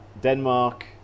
Denmark